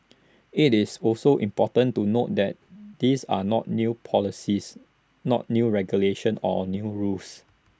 IT is also important to note that these are not new policies not new regulations or new rules